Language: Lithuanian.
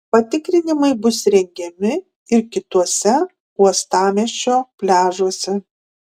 patikrinimai bus rengiami ir kituose uostamiesčio pliažuose